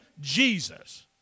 Jesus